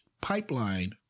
Pipeline